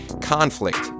conflict